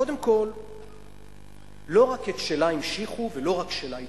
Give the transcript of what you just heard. קודם כול לא רק את שלה המשיכו ולא רק שלה הצליח.